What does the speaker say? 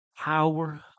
power